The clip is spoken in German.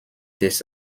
des